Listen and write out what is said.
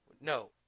No